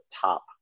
top